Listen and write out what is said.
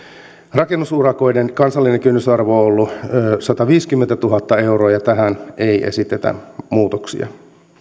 rakennusurakoiden kansallinen kynnysarvo on ollut sataviisikymmentätuhatta euroa ja tähän ei esitetä muutoksia